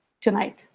tonight